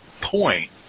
point